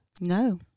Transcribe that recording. No